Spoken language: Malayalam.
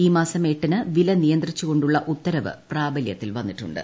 ഈ മാസം എട്ടിന് വില നിയന്ത്രിച്ച് കൊണ്ടുള്ള ഉത്തരവ് പ്രാബല്യത്തിൽ വന്നിട്ടുണ്ട്